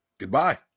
Goodbye